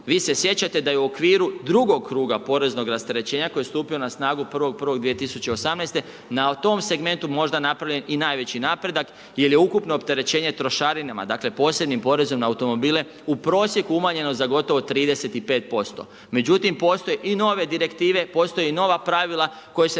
Vi se sjećate da je u okviru drugog kruga poreznog rasterećenja koji je stupio na snagu 1.1.2018. na tom segmentu možda napravljen i najveći napredak, jer je ukupno opterećenje trošarinama dakle, posljednjom porezu na automobile u prosjeku umanjeno za gotovo 35%. Međutim, postoje i nove direktive, postoje i nova pravila, koja se